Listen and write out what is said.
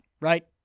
right